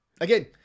Again